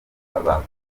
bakomeretse